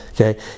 Okay